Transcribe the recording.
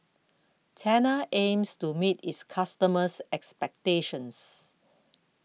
Tena aims to meet its customers' expectations